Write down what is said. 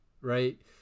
right